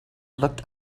looked